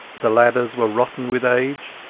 the ladders were rotten with age,